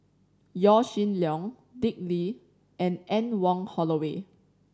Yaw Shin Leong Dick Lee and Anne Wong Holloway